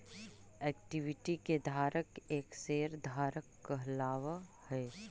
equity के धारक एक शेयर धारक कहलावऽ हइ